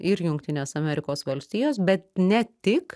ir jungtinės amerikos valstijos bet ne tik